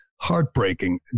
heartbreaking